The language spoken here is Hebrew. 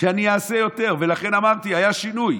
שאני אעשה יותר, ולכן אמרתי שהיה שינוי.